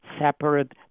separate